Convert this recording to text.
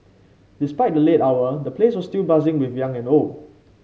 despite the late hour the place was still buzzing with young and old